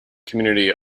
community